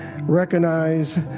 recognize